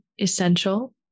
essential